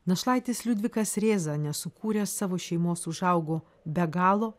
našlaitis liudvikas rėza nesukūrė savo šeimos užaugo be galo